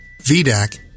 VDAC